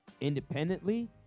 independently